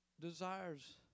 desires